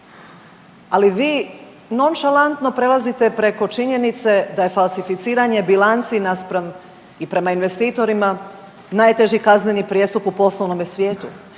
ali vi nonšalantno prelazite preko činjenice da je falsificiranje bilanci naspram i prema investitorima najteži kazneni prijestup u poslovnome svijetu,